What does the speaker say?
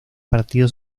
partido